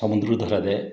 ସମୁଦ୍ରରୁ ଧରାଯାଏ